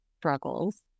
struggles